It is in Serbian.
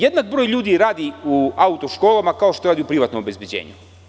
Jedan broj ljudi radi u auto-školama kao što radi privatno obezbeđenje.